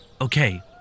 Okay